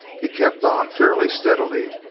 he kept on fairly steadily,